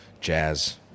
jazz